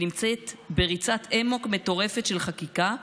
ונמצאת בריצת אמוק מטורפת של חקיקה,